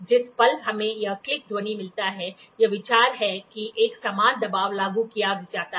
जिस पल हमें एक क्लिक ध्वनि मिलता हैयह विचार है कि एक समान दबाव लागू किया जाता है